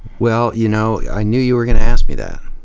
well, you know, i knew you were going to ask me that,